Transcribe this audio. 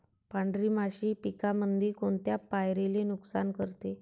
पांढरी माशी पिकामंदी कोनत्या पायरीले नुकसान करते?